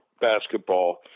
basketball